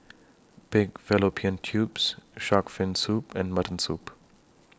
Pig Fallopian Tubes Shark's Fin Soup and Mutton Soup